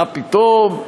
מה פתאום,